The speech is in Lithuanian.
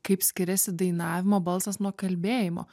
kaip skiriasi dainavimo balsas nuo kalbėjimo